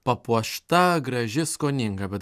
papuošta graži skoninga bet